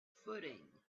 footing